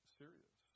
serious